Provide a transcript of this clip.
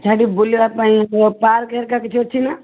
ସେଠି ବୁଲିବା ପାଇଁ ତୁମ ପାର୍କ ହେରିକା କିଛି ଅଛି ନା